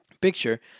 picture